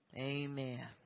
Amen